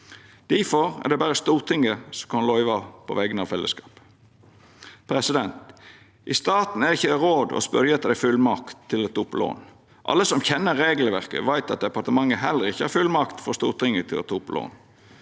Difor er det berre Stortinget som kan løyva på vegner av fellesskapet. I staten er det ikkje råd å spørja etter ei fullmakt til å ta opp lån. Alle som kjenner regelverket, veit at departementet heller ikkje har fullmakt frå Stortinget til å ta opp lån.